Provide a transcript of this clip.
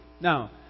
Now